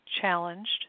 challenged